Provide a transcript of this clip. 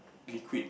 liquid